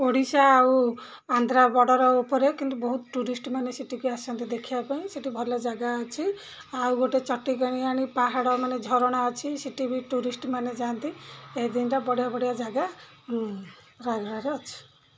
ଓଡ଼ିଶା ଆଉ ଆନ୍ଧ୍ରା ବର୍ଡ଼ର୍ ଉପରେ କିନ୍ତୁ ବହୁତ ଟୁରିଷ୍ଟ ମାନେ ସେଠିକି ଆସନ୍ତି ଦେଖିବା ପାଇଁ ସେଠି ଭଲ ଜାଗା ଅଛି ଆଉ ଗୋଟେ ଚଟିକାଣିଆଣି ପାହାଡ଼ ମାନେ ଝରଣା ଅଛି ସେଠି ବି ଟୁରିଷ୍ଟ ମାନେ ଯାଆନ୍ତି ଏଇ ତିନିଟା ବଢ଼ିଆ ବଢ଼ିଆ ଜାଗା ରାୟଗଡ଼ାରେ ଅଛି